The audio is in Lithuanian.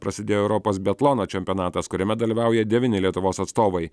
prasidėjo europos biatlono čempionatas kuriame dalyvauja devyni lietuvos atstovai